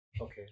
Okay